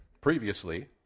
previously